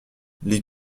les